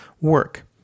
work